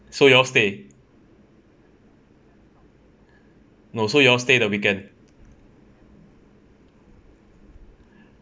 so you all stay no so you all stay the weekend